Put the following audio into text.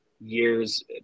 years